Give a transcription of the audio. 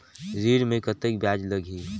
ऋण मे कतेक ब्याज लगही?